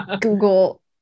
Google